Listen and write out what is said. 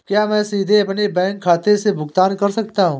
क्या मैं सीधे अपने बैंक खाते से भुगतान कर सकता हूं?